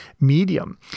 medium